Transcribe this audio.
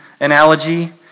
analogy